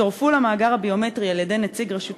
צורפו למאגר הביומטרי על-ידי נציג רשות